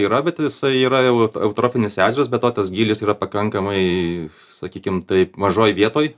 yra bet jisai yra jau eutrofinis ežeras be to tas gylis yra pakankamai sakykim taip mažoj vietoj